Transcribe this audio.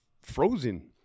frozen